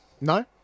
No